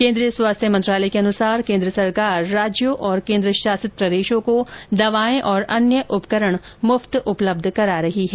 केन्द्रीय स्वास्थ्य मंत्रालय के अनुसार केन्द्र सरकार राज्यों और केन्द्र शासित प्रदेशों को दवाएं और अन्य उपकरण मुफ्त उपलब्ध करा रही है